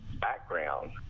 background